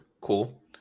cool